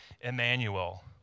Emmanuel